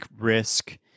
risk